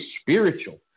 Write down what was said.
spiritual